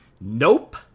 nope